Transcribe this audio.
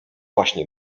właśnie